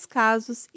casos